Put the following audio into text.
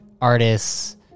artists